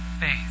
faith